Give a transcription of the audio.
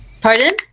pardon